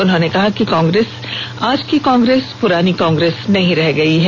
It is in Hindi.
उन्होंने कहा कि आज की कांग्रेस पुरानी कांग्रेस नहीं रह गई है